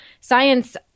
science